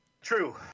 True